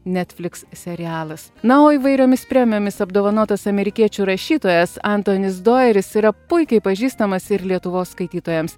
netflix serialas na o įvairiomis premijomis apdovanotas amerikiečių rašytojas antonis dojeris yra puikiai pažįstamas ir lietuvos skaitytojams